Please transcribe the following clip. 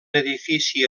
edifici